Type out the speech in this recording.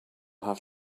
have